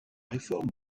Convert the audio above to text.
réforme